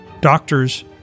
Doctors